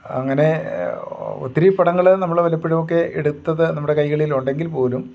അങ്ങനെ ഒത്തിരി പടങ്ങൾ നമ്മൾ വല്ലപ്പോഴുമൊക്കെ എടുത്തത് നമ്മുടെ കൈകളിലുണ്ടെങ്കിൽപ്പോലും